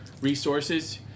resources